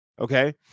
Okay